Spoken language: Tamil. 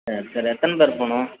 சரி சார் எத்தனை பேர் போகணும்